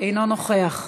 אינו נוכח,